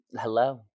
Hello